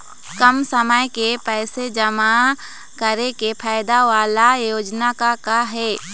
कम समय के पैसे जमा करे के फायदा वाला योजना का का हे?